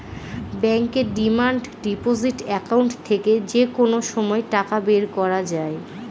ব্যাঙ্কের demand deposit account থেকে যে কোনো সময় টাকা বের করা যায়